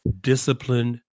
disciplined